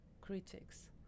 critics